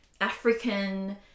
African